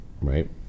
right